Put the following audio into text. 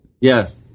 Yes